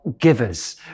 givers